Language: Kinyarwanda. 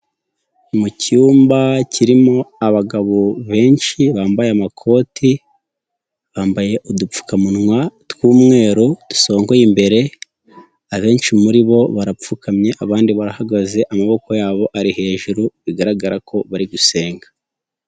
Mu cyumba kirimo abagabo benshi bambaye amakoti, bambaye udupfukamunwa tw'umweru dusongoye imbere, abenshi muri bo barapfukamye abandi barahagaze, amaboko yabo ari hejuru bigaragara ko bari gusenga.